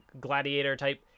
gladiator-type